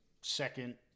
second